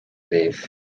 leave